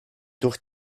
durch